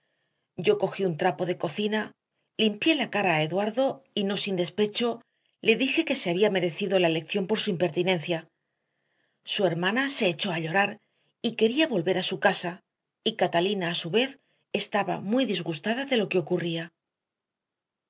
yo cogí un trapo de cocina limpié la cara a eduardo y no sin despecho le dije que se había merecido la lección por su impertinencia su hermana se echó a llorar y quería volver a su casa y catalina a su vez estaba muy disgustada de lo que ocurría